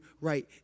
right